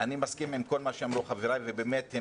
אני מסכים עם כל מה שאמרו חבריי ובאמת הם